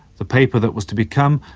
the paper that was to become,